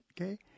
okay